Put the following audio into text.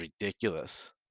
ridiculous